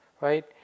right